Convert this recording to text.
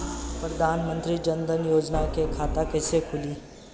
प्रधान मंत्री जनधन योजना के खाता कैसे खुली?